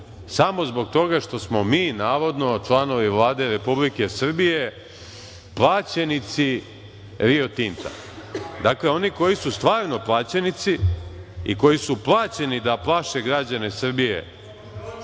samo zbog toga što smo mi navodno, članovi Vlade Republike Srbije plaćenici Rio Tinta. Dakle, oni koji su stvarno plaćenici i koji su plaćeni da plaše građane Srbije